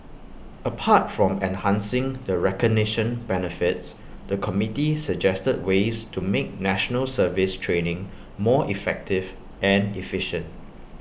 apart from enhancing the recognition benefits the committee suggested ways to make National Service training more effective and efficient